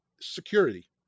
security